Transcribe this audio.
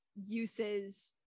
uses